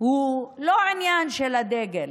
הוא לא עניין של הדגל.